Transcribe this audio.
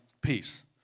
peace